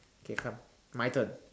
K come my turn